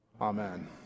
Amen